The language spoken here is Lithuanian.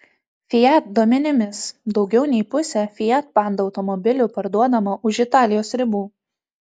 fiat duomenimis daugiau nei pusė fiat panda automobilių parduodama už italijos ribų